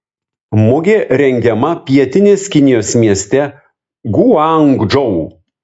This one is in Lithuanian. mugė rengiama pietinės kinijos mieste guangdžou